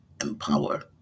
empower